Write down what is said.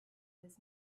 his